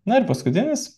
na ir paskutinis